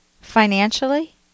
Financially